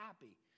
happy